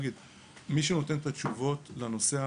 מי שנותן את התשובות לנוסע,